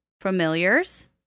familiars